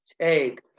take